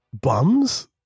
bums